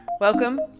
Welcome